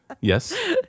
Yes